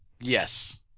Yes